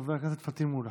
חבר הכנסת פטין מולא,